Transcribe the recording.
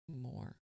more